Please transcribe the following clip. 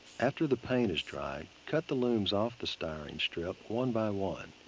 after the paint is dried, cut the looms off the styrene strip one by one.